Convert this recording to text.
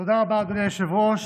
תודה רבה, אדוני היושב-ראש.